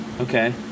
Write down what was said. Okay